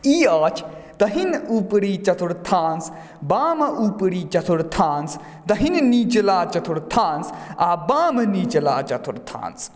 ई अछि दहिन ऊपरी चतुर्थांश बाम ऊपरी चतुर्थांश दहिन निचला चतुर्थांश आ बाम निचला चतुर्थांश